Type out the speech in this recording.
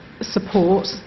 support